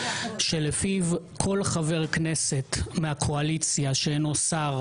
לפיו כל חבר כנסת מהקואליציה שאינו שר,